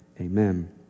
amen